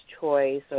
choice